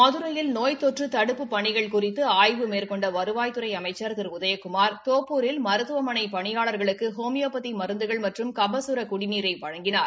மதுரையில் நோய் தொற்று தடுப்புப் பணிகள் குறித்து ஆய்வு மேற்கொண்ட வருவாய்த்துறை அமைச்சர் திரு உதயகுமார் தோப்பூரில் மருத்துவமனை பனியாளர்களுக்கு ஹோமியோபதி மருந்துகள் மற்றும் கபசுர குடிநீரை வழங்கினார்